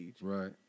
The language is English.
Right